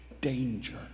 danger